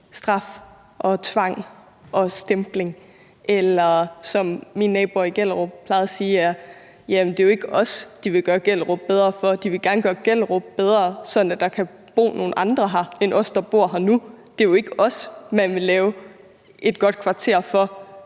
straf og tvang og stempling. Eller som mine naboer i Gellerupparken plejede at sige: Jamen det er ikke jo os, de vil gøre Gellerup bedre for; de vil gerne gøre Gellerup bedre for, at der kan bo nogle andre her end os, der bor her nu. Det er jo ikke os, man vil lave et godt kvarter for.